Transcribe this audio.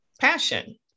passion